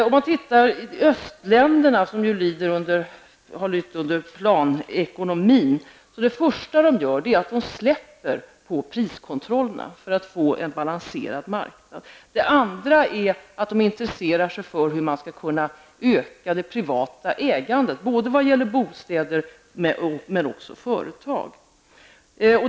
Om man ser på östländerna, som ju har lytt under planekonomin, finner man att det första de gör är att släppa på priskontrollerna för att få en balanserad marknad. Det andra är att de intresserar sig för hur man skall kunna öka det privata ägandet, både vad gäller bostäder och företag.